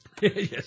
Yes